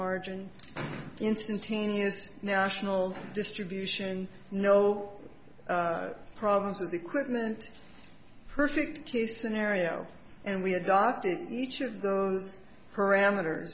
margin instantaneous national distribution no problems with equipment perfect case scenario and we adopted each of those parameters